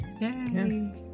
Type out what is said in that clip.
Yay